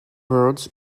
words